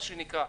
מה שנקרא.